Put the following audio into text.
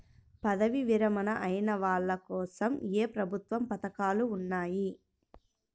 పదవీ విరమణ అయిన వాళ్లకోసం ఏ ప్రభుత్వ పథకాలు ఉన్నాయి?